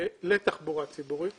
לתחבורה ציבורית.